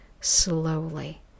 slowly